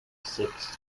six